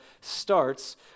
starts